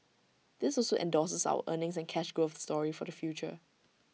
this also endorses our earnings and cash growth story for the future